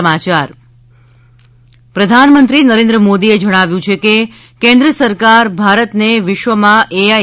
ત પ્રધાનમંત્રી નરેન્દ્ર મોદીએ જણાવ્યું છે કે કેન્દ્ર સરકાર ભારતને વિશ્વમાં એ આઈ